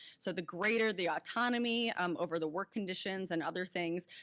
so the greater the autonomy um over the work conditions and other things,